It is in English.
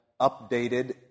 updated